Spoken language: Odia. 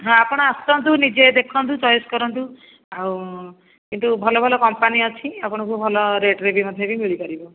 ହଁ ଆପଣ ଆସନ୍ତୁ ନିଜେ ଦେଖନ୍ତୁ ଚଏସ୍ କରନ୍ତୁ ଆଉ କିନ୍ତୁ ଭଲ ଭଲ କମ୍ପାନୀ ଅଛି ଆପଣଙ୍କୁ ଭଲ ରେଟ୍ ବି ମଧ୍ୟ ମିଳିପାରିବ